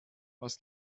was